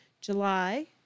July